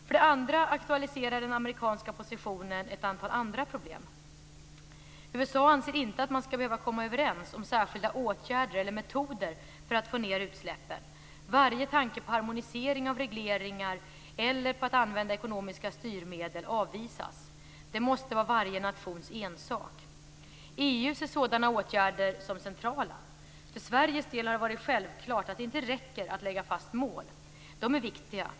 För det andra aktualiserar den amerikanska positionen ett antal andra problem. USA anser inte att man skall behöva komma överens om särskilda åtgärder eller metoder för att få ned utsläppen. Varje tanke på harmonisering av regleringar eller på att använda ekonomiska styrmedel avvisas. Det måste vara varje nations ensak. EU:s ser sådana åtgärder som centrala. För Sveriges del har det varit självklart att det inte räcker att lägga fast mål. De är viktiga.